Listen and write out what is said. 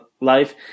life